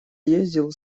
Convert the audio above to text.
ездил